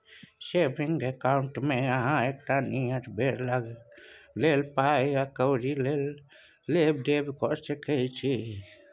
saving अकाउंटमे अहाँ एकटा नियत बेर लेल पाइ कौरी आ लेब देब कअ सकै छी